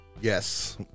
Yes